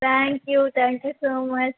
thank you thank you so much